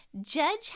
Judge